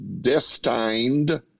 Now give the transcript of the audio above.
destined